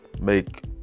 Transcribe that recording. make